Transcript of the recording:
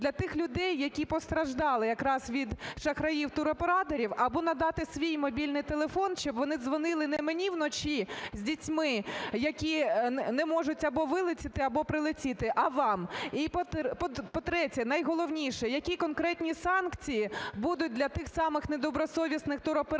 для тих людей, які постраждали якраз від шахраїв-туроператорів? Або надати свій мобільний телефон, щоб вони дзвонили не мені вночі з дітьми, які не можуть або вилетіти, або прилетіти, а вам. І по-третє, найголовніше: які конкретні санкції будуть для тих самих недобросовісних туроператорів…